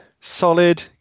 solid